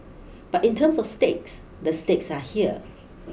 but in terms of stakes the stakes are here